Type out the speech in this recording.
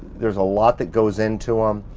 there's a lot that goes into um